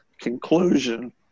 conclusion